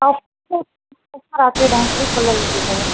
राति जो ॾहें ताईं खुलियल हूंदी अथव